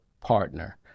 partner